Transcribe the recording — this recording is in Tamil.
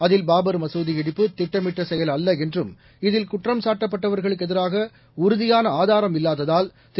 அதில் பாபர் மகுதி இடிப்பு திட்டமிட்ட செயல் அல்ல என்றும் இதில் குற்றம்சாட்டப்பட்டவர்களுக்கு எதிராக உறுதியான இல்லாததால் திரு